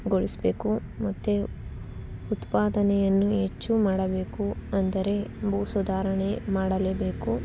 ಗೊಳಿಸ್ಬೇಕು ಮತ್ತೆ ಉತ್ಪಾದನೆಯನ್ನು ಹೆಚ್ಚು ಮಾಡಬೇಕು ಅಂದರೆ ಭೂ ಸುಧಾರಣೆ ಮಾಡಲೇಬೇಕು